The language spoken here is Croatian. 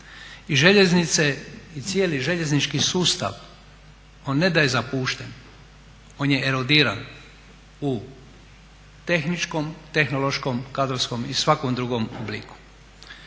I željeznice i cijeli željeznički sustav on ne da je zapušten, on je erodiran u tehničkom, tehnološkom, kadrovskom i svakom drugom obliku.